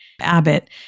Abbott